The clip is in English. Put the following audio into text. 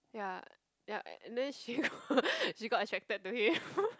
ya ya then she go she got attracted to him